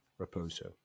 Raposo